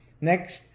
Next